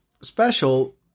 special